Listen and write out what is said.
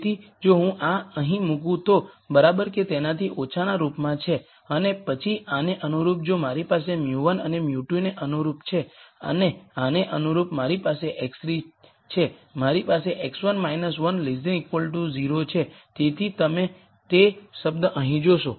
તેથી જો હું આ અહીં મૂકું તો બરાબર કે તેનાથી ઓછા ના રૂપમાં છે અને પછી આને અનુરૂપ જો મારી પાસે μ 1 આ μ2 ને અનુરૂપ છે અને આને અનુરૂપ મારી પાસે x3 છે મારી પાસે x1 1 0 છે તેથી તમે તે શબ્દ અહીં જોશો